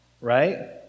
Right